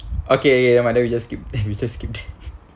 okay ya nevermind then we just skip we just skip that